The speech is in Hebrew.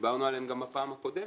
שדיברנו עליהן גם בפעם הקודמת.